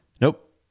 Nope